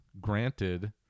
granted